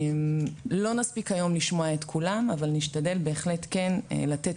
לא נספיק היום לשמוע את כולם אבל נשתדל בהחלט כן לתת